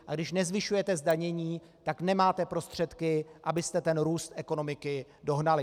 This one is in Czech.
A když nezvyšujete zdanění, tak nemáte prostředky, abyste ten růst do ekonomiky dohnali.